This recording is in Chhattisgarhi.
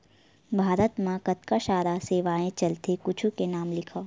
भारत मा कतका सारा सेवाएं चलथे कुछु के नाम लिखव?